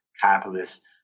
capitalist